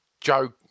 Joe